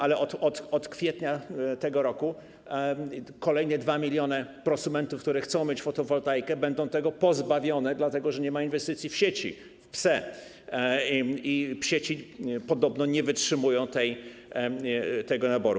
Ale od kwietnia tego roku kolejne 2 mln prosumentów, którzy chcą mieć fotowoltaikę, będą tego pozbawione, dlatego że nie ma inwestycji w sieci, w PSE i sieci podobno nie wytrzymują tego naboru.